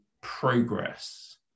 progress